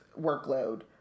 workload